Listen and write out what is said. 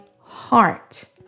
heart